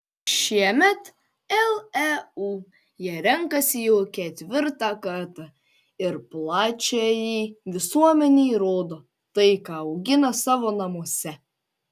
šiemet leu jie renkasi jau ketvirtą kartą ir plačiajai visuomenei rodo tai ką augina savo namuose